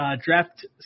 Draft